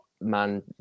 man